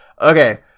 Okay